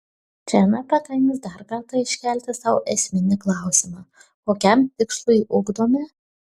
čia nepakenks dar kartą iškelti sau esminį klausimą kokiam tikslui ugdome